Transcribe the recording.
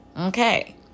okay